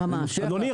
--- אדוני,